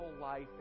life